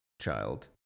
child